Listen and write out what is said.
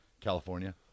California